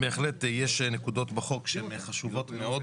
בהחלט יש נקודות בחוק שהן חשובות מאוד.